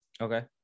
Okay